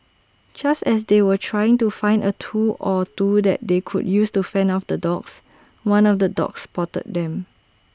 just as they were trying to find A tool or two that they could use to fend off the dogs one of the dogs spotted them